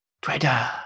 Twitter